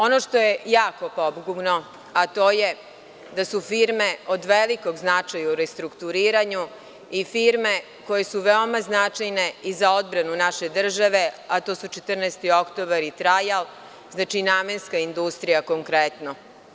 Ono što je jako pogubno je da su firme od velikog značaja u restrukturiranju i firme koje su veoma značajne i za odbranu naše države, a to su „14. oktobar“ i „Trajal“, znači namenska industrija konkretno.